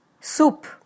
soup